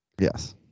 Yes